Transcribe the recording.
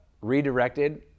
redirected